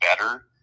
better